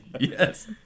Yes